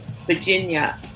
Virginia